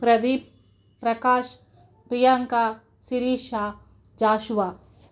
Pradeep Prakash Priyanka Sirisha Jashuva